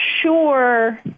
sure